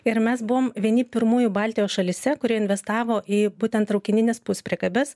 ir mes buvom vieni pirmųjų baltijos šalyse kurie investavo į būtent traukinines puspriekabes